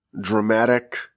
dramatic